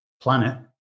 planet